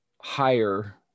higher